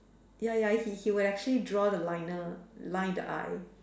ya ya he he would actually draw the liner line the eye